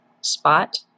spot